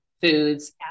foods